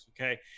okay